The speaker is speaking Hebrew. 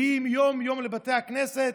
תלמידי חכמים שמגיעים יום-יום לבתי הכנסת,